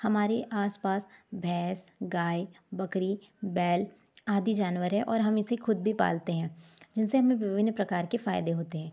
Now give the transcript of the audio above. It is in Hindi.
हमारे आसपास भैंस गाय बकरी बैल आदि जानवर है और हम इसे खुद भी पालते हैं जिनसे हमें विभिन्न प्रकार के फायदे होते हैं